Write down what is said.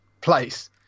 place